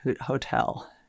Hotel